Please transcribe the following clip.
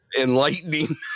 enlightening